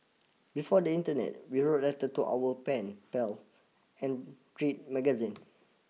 before the internet we wrote letters to our pen pals and read magazines